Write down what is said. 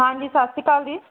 ਹਾਂਜੀ ਸਤਿ ਸ਼੍ਰੀ ਅਕਾਲ ਜੀ